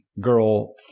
girl